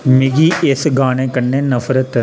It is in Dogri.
मिगी इस गाने कन्नै नफरत ऐ